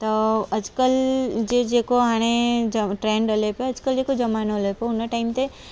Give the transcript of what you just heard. त अॼकल्ह जे जेको हाणे जा ट्रेंड हले पियो अॼकल्ह जेको जमानो हले पियो हुन टाइम ते